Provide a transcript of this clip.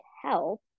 Help